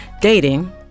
dating